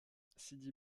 sidi